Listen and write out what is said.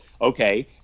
Okay